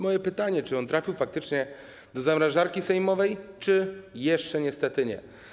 Moje pytania: Czy on trafił faktycznie do zamrażarki sejmowej, czy jeszcze niestety nie?